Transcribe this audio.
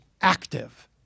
active